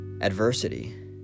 adversity